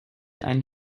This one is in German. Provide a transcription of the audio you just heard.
einen